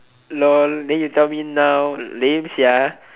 then you tell me now lame sia